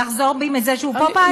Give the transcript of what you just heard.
לחזור בי מזה שהוא פופאי?